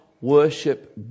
worship